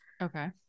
Okay